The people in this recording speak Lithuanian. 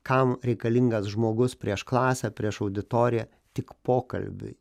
kam reikalingas žmogus prieš klasę prieš auditoriją tik pokalbiui